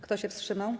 Kto się wstrzymał?